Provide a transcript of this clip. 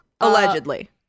allegedly